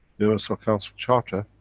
universal council charter,